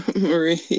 Marie